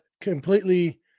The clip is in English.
completely